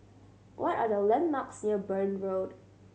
what are the landmarks near Burn Road